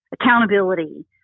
accountability